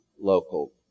local